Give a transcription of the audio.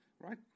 right